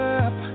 up